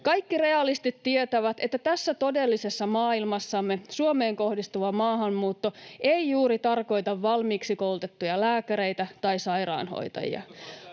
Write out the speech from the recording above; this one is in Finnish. Kaikki realistit tietävät, että tässä todellisessa maailmassamme Suomeen kohdistuva maahanmuutto ei juuri tarkoita valmiiksi koulutettuja lääkäreitä tai sairaanhoitajia.